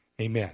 amen